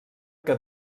que